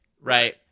right